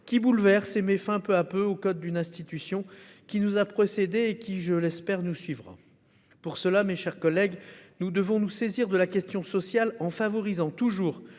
qui bouleverse et met fin, peu à peu, aux codes d'une institution qui nous a précédés et qui, je l'espère, nous survivra. Pour cela, mes chers collègues, nous devons nous saisir de la question sociale, en favorisant toujours